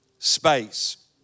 Space